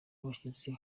abashyitsi